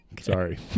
sorry